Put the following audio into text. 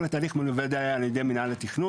כל התהליך מלווה על ידי מינהל התכנון.